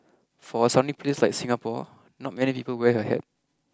for a sunny place like Singapore not many people wear a hat